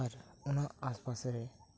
ᱟᱨ ᱚᱱᱟ ᱟᱥᱯᱟᱥ ᱨᱮ